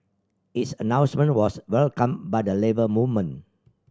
its announcement was welcomed by the Labour Movement